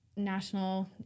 national